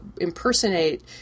impersonate